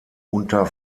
unter